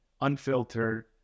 unfiltered